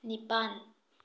ꯅꯤꯄꯥꯜ